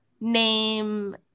name